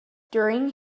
during